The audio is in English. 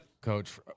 coach